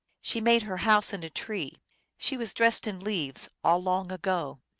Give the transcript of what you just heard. she made her house in a tree she was dressed in leaves, all long ago.